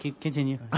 Continue